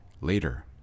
later